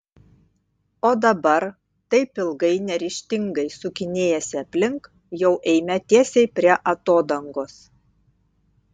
o dabar taip ilgai neryžtingai sukinėjęsi aplink jau eime tiesiai prie atodangos